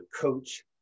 coach